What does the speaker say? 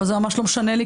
אבל זה ממש לא משנה לי,